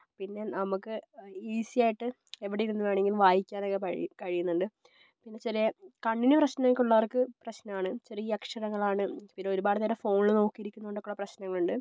പിന്നെ നമുക്ക് ഈസി ആയിട്ട് എവിടെയിരുന്ന് വേണമെങ്കിലും വായിക്കാനൊക്കെ കഴിയുന്നുണ്ട് പിന്നെ വച്ചാൽ കണ്ണിന് പ്രശ്നമൊക്കെ ഉള്ളവർക്ക് പ്രശ്നമാണ് ചെറിയ അക്ഷരങ്ങളാണ് പിന്നെ ഒരുപാട് നേരം ഫോണിൽ നോക്കിയിരിക്കുന്നതുകൊണ്ടൊക്കെയുള്ള പ്രശ്നങ്ങളുണ്ട്